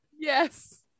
Yes